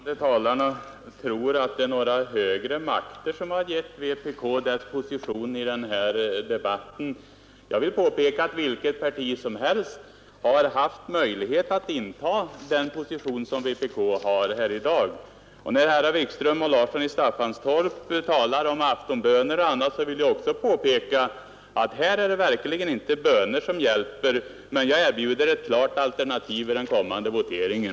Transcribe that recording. Herr talman! Det är tydligt att de båda föregående talarna tror att det är några högre makter som givit vpk dess position i denna debatt. Jag vill påpeka, att vilket parti som helst haft möjlighet att inta den position vpk intar i dag. När herrar Wikström och Larsson i Staffanstorp talar om aftonböner och annat, vill jag påpeka att här hjälper verkligen inga böner. Men jag erbjuder ett klart alternativ i den kommande voteringen.